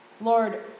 Lord